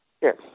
Yes